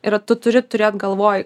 ir tu turi turėt galvoj